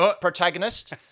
protagonist